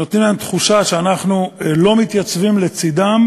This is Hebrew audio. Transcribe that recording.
נותנים להם תחושה שאנחנו לא מתייצבים לצדם,